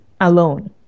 alone